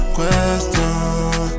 Question